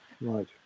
Right